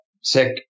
sick